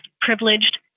privileged